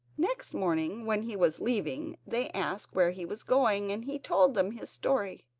next morning when he was leaving they asked where he was going and he told them his story.